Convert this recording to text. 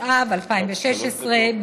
התשע"ו 2016,